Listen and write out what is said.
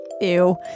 Ew